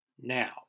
Now